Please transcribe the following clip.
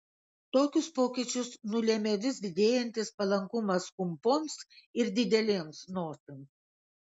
tokius pokyčius nulėmė vis didėjantis palankumas kumpoms ir didelėms nosims